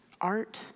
art